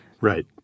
Right